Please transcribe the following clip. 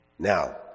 Now